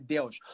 Deus